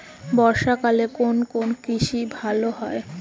বর্ষা কালে কোন কোন কৃষি ভালো হয়?